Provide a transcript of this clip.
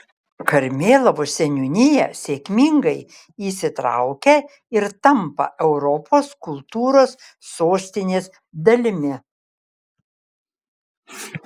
karmėlavos seniūnija sėkmingai įsitraukia ir tampa europos kultūros sostinės dalimi